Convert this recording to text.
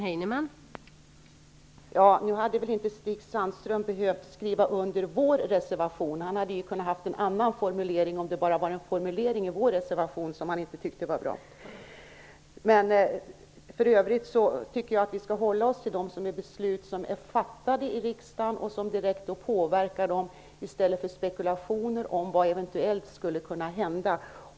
Fru talman! Stig Sandström hade inte behövt skriva under vår reservation. Han hade ju kunnat föreslå en annan formulering, om han inte tyckte att vår var bra. För övrigt tycker jag att vi skall hålla oss till de beslut som är fattade i riksdagen och som direkt påverkar detta, i stället för att spekulera om vad som eventuellt skulle kunna hända.